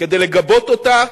כדי לגבות אותה.